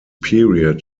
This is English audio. period